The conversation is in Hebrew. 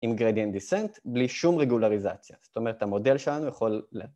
עם גרדיאן דיסנט בלי שום רגולריזציה, זאת אומרת המודל שלנו יכול ל...